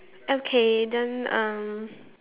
okay then um